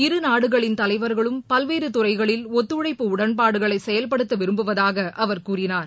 இருநாடுகளின் தலைவர்களும் பல்வேறு துறைகளில் ஒத்துழைப்பு உடன்பாடுகளை செயல்படுத்த விரும்புவதாக அவர் கூறினார்